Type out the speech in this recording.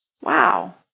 wow